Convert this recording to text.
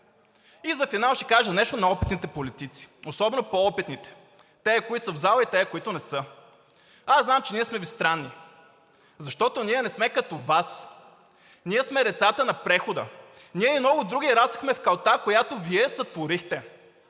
И за финал ще кажа нещо на опитните политици, особено по-опитните – тези, които са в зала, и тези, които не са. Аз знам, че ние сме Ви странни, защото ние не сме като Вас. Ние сме децата на прехода. Ние и много други раснахме в калта, която Вие сътворихте!